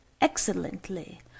excellently